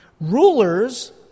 Rulers